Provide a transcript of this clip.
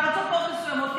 מארצות מאוד מסוימות.